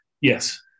Yes